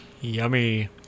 Yummy